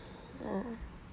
oh